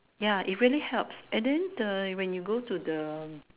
ya it really helps and than the when you go to the